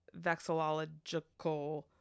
Vexillological